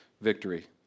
victory